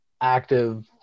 active